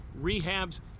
rehabs